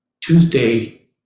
Tuesday